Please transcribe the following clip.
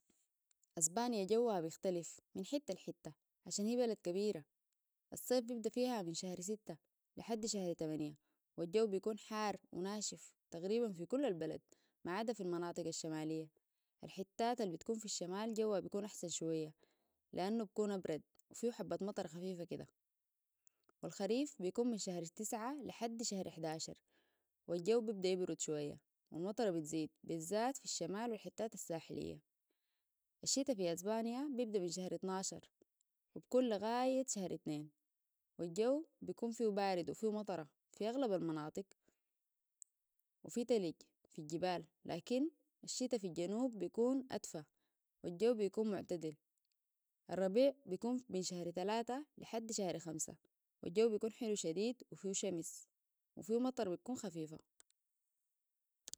أسبانيا جوها بيختلف من حتة لي حتة عشان هي بلد كبيرة الصيف بيبدأ فيها من شهر ستة لحد شهر تمنية الجو بيكون حار وناشف تقريبا في كل البلد معادة في المناطق الشمالية الحتات اللي بتكون في الشمال جوها بيكون أحسن شوية لأنه بيكون برد وفيهو حبه مطره خفيفة كده والخريف بيكون من شهر تعسه لحد شهر حداشر والجو بيبدأ يبرد شوية والمطر بتزيد بالذات في الشمال والحتات الساحلية الشتاء في أسبانيا بيبدأ من شهر اطناشر وبكون لغايت شهر اتنين. والجو بيكون فيه بارد وفيه مطرة في اغلب المناطق وفيه تلج في الجبال. لكن الشتاء في الجنوب بيكون ادفي. والجو بيكون معتدل. الربيع بيكون من شهر ثلاثة لحد شهر خمسة. والجو بيكون حلو شديد وفيه شمس. وفيه مطر بيكون خفيفة.